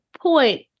point